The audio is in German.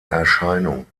erscheinung